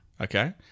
Okay